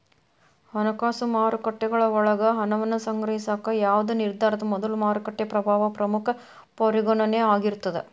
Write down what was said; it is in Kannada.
ಹಣಕಾಸು ಮಾರುಕಟ್ಟೆಗಳ ಒಳಗ ಹಣವನ್ನ ಸಂಗ್ರಹಿಸಾಕ ಯಾವ್ದ್ ನಿರ್ಧಾರದ ಮೊದಲು ಮಾರುಕಟ್ಟೆ ಪ್ರಭಾವ ಪ್ರಮುಖ ಪರಿಗಣನೆ ಆಗಿರ್ತದ